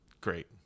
Great